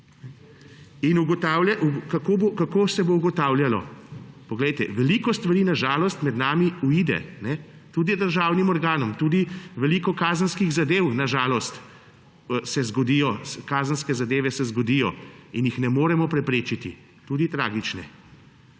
In kako se bo ugotavljalo? Veliko stvari na žalost med nami uide. Tudi državnim organom, tudi veliko kazenskih zadev, na žalost, kazenske zadeve se zgodijo in jih ne moremo preprečiti, tudi tragične.